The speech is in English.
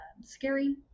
scary